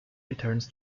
returns